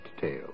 tale